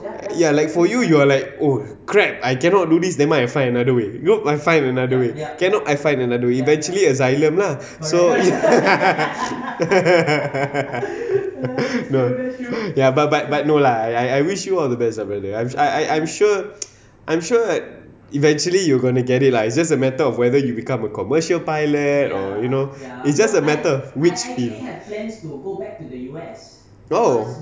ya like for you you are like oh crap I cannot do this nevermind I find another way you know I find another way cannot I find another eventually asylum lah so ya but but but no lah I I wish you all the best ah brother I'm I I'm sure I'm sure eventually you gonna get it lah it's just a matter of whether you become a commercial pilot or you know it's just a matter of which field oh